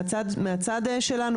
מהצד שלנו.